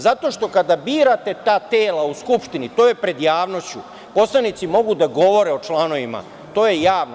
Zato što kada birate ta tela u Skupštini, to je pred javnošću, poslanici mogu da govore o članovima, to je javno.